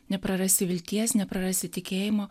neprarasi vilties neprarasi tikėjimo